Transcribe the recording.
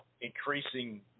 increasing